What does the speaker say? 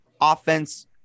offense